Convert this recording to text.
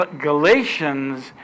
Galatians